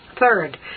Third